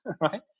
right